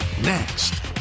Next